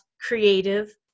creative